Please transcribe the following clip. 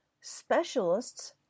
specialists